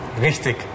Richtig